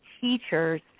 teachers